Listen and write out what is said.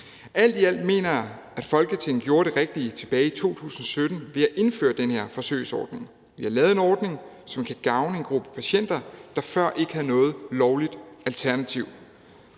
Alt i alt mener jeg, at Folketinget gjorde det rigtige tilbage i 2017 ved at indføre den her forsøgsordning. Vi har lavet en ordning, som kan gavne en gruppe patienter, der før ikke havde noget lovligt alternativ.